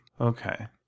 Okay